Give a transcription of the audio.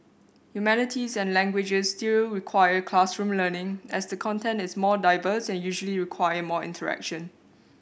humanities and languages still require classroom learning as the content is more diverse and usually require more interaction